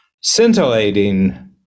scintillating